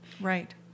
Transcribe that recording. Right